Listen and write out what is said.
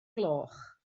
gloch